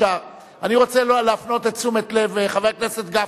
אני רוצה להפנות את תשומת-לב חבר הכנסת גפני.